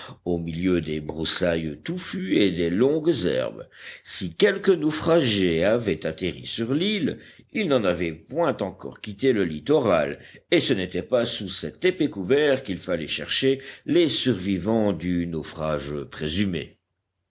au milieu des broussailles touffues et des longues herbes si quelques naufragés avaient atterri sur l'île ils n'en avaient point encore quitté le littoral et ce n'était pas sous cet épais couvert qu'il fallait chercher les survivants du naufrage présumé